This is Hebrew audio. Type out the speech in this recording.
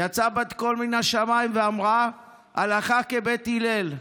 יצאה בת-קול מן השמיים ואמרה: הלכה כבית הלל.